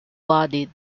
bodied